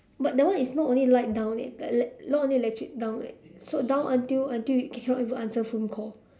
but that one is not only light down eh elec~ not only electric down eh so down until until you cannot even answer phone call